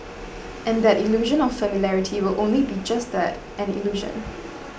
and that illusion of familiarity will only be just that an illusion